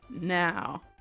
Now